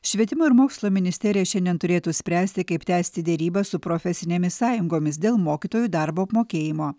švietimo ir mokslo ministerija šiandien turėtų spręsti kaip tęsti derybas su profesinėmis sąjungomis dėl mokytojų darbo apmokėjimo